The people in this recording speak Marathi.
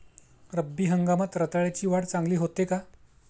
रब्बी हंगामात रताळ्याची वाढ चांगली होते का?